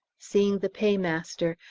seeing the paymaster,